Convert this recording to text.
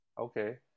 Okay